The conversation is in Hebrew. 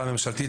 להצעה ממשלתית,